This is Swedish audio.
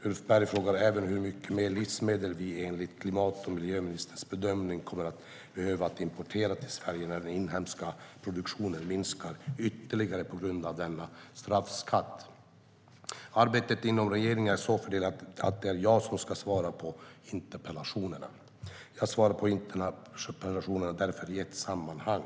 Ulf Berg frågar även hur mycket mer livsmedel vi, enligt klimat och miljöministerns bedömning, kommer att behöva importera till Sverige när den inhemska produktionen minskar ytterligare på grund av denna straffskatt. Arbetet inom regeringen är så fördelat att det är jag som ska svara på interpellationerna. Jag svarar på interpellationerna i ett sammanhang.